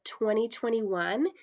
2021